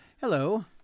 Hello